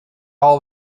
all